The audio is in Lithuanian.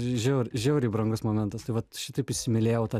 žiauriai žiauriai brangus momentas tai vat šitaip įsimylėjau tą